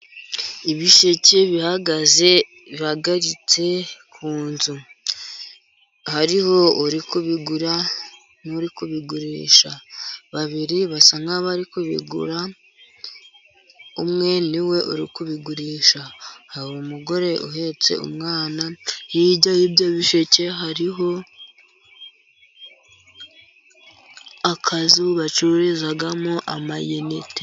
Ibisheke bihagaze, bihagaritse ku nzu. Hariho uri kubigura n'uri kubigurisha, babiri basa nk'abari kubigura, umwe niwe uri kubigurisha. Hari umugore uhetse umwana, hirya y'ibyo bisheke hariho akazu bacururizamo amayinite.